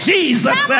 Jesus